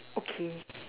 okay